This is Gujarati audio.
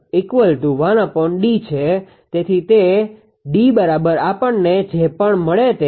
તેથી 𝐾𝑝1𝐷 છે તેથી D બરાબર આપણને જે પણ મળે તે